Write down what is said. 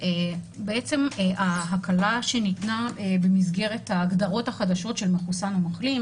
בעצם ההקלה שניתנה במסגרת ההגדרות החדשות של מחוסן או מחלים,